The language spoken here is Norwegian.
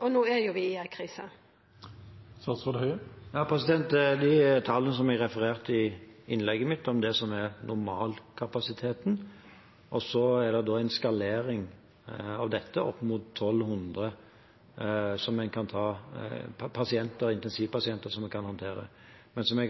Og no er vi i ei krise. Det er de tallene som jeg refererte i innlegget mitt, som er normalkapasiteten. Så er det en skalering av dette opp mot 1 200 intensivpasienter som en kan håndtere. Men som jeg